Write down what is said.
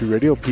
Radio